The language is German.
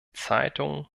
zeitungen